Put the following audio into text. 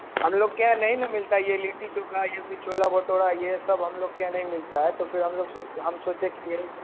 हम लोग के यहाँ नहीं ना मिलता है यह लिट्टी चोखा यह फ़िर छोला भटूरा यह सब हम लोग के यहाँ नहीं मिलता है तो फ़िर हम लोग सोचे हम सोचे की यही है